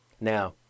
Now